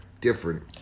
different